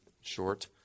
short